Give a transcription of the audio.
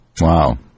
Wow